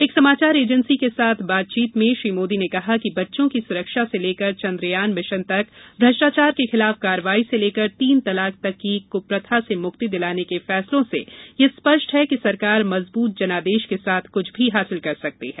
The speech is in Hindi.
एक समाचार एजेंसी के साथ बातचीत में श्री मोदी ने कहा कि बच्चों की सुरक्षा से लेकर चंद्रयान मिशन तक भ्रष्टाचार के खिलाफ कार्यवाही से लेकर तीन तलाक तक की कुप्रथा से मुक्ति दिलाने के फैसलों से यह स्पष्ट है कि सरकार मजबूत जनादेश के साथ कुछ भी हासिल कर सकती है